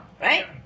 right